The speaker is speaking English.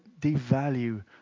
devalue